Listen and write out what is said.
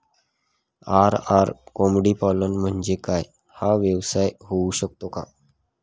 RR कोंबडीपालन म्हणजे काय? हा व्यवसाय होऊ शकतो का?